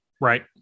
right